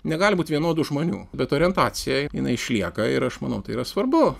negali būt vienodų žmonių bet orientacija jinai išlieka ir aš manau tai yra svarbu